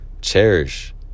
cherish